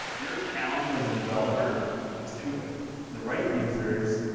your challenge as a developer is to the right users,